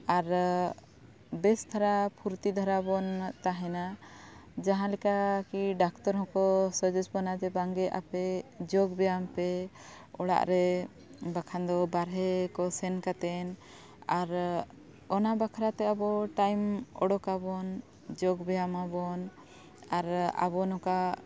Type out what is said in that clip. ᱟᱨ ᱵᱮᱥ ᱫᱷᱟᱨᱟ ᱯᱷᱩᱨᱛᱤ ᱫᱷᱟᱨᱟᱵᱚᱱ ᱛᱟᱦᱮᱱᱟ ᱡᱟᱦᱟᱸᱞᱮᱠᱟ ᱠᱤ ᱰᱟᱠᱛᱚᱨ ᱦᱚᱸᱠᱚ ᱥᱟᱡᱮᱥᱴ ᱵᱚᱱᱟ ᱡᱮ ᱵᱟᱝᱜᱮ ᱟᱯᱮ ᱡᱳᱜ ᱵᱮᱭᱟᱢ ᱯᱮ ᱚᱲᱟᱜ ᱨᱮ ᱵᱟᱠᱷᱟᱱ ᱫᱚ ᱵᱟᱨᱦᱮ ᱠᱚ ᱥᱮᱱ ᱠᱟᱛᱮᱫ ᱟᱨ ᱚᱱᱟ ᱵᱟᱠᱷᱨᱟᱛᱮ ᱟᱵᱚ ᱴᱟᱭᱤᱢ ᱚᱰᱳᱠ ᱟᱵᱚᱱ ᱡᱳᱜ ᱵᱮᱭᱟᱢ ᱟᱵᱚᱱ ᱟᱨ ᱟᱵᱚ ᱱᱚᱝᱠᱟ